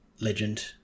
Legend